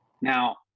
Now